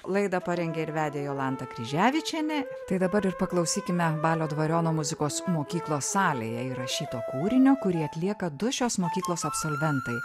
laidą parengė ir vedė jolanta kryževičienė tai dabar ir paklausykime balio dvariono muzikos mokyklos salėje įrašyto kūrinio kurį atlieka du šios mokyklos absolventai